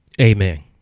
Amen